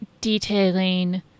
Detailing